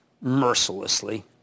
mercilessly